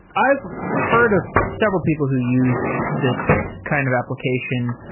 i've heard of several people who use this kind of application.